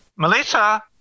Melissa